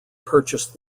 purchased